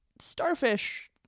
starfish